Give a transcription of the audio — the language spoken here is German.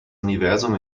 universum